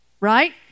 Right